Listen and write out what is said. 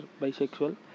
Bisexual